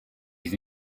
his